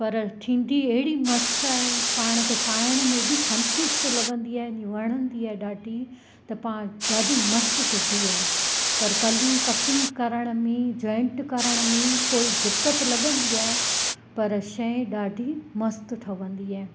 पर थींदी अहिड़ी मस्तु आहे पाण खे पाइण में अहिड़ी संतुष्ट लॻंदी आहे ईअं वणंदी आहे ॾाढी त पाण ॾाढी मस्तु सिबी आहे पर कलियूं कटिंग करण में ई जॉइंट करण में थोरी दिक़त लॻंदी आहे पर शइ ॾाढी मस्तु ठहंदी आहे